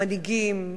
המנהיגים,